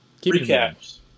recaps